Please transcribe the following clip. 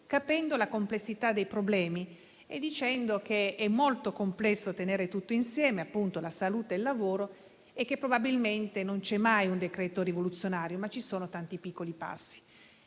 capendo la complessità dei problemi e dicendo che è molto complesso tenere tutto insieme, la salute e il lavoro, e che probabilmente non c'è mai un decreto rivoluzionario, ma ci sono tanti piccoli passi.